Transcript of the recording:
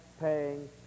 paying